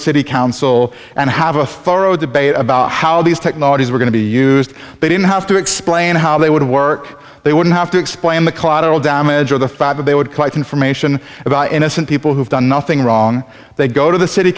city council and have a thorough debate about how these technologies were going to be used they didn't have to explain how they would work they wouldn't have to explain the collateral damage or the fact that they would collect information about innocent people who've done nothing wrong they go to the city